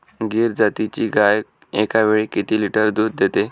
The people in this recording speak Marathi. गीर जातीची गाय एकावेळी किती लिटर दूध देते?